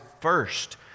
first